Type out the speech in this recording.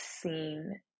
seen